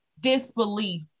disbelief